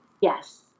Yes